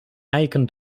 eiken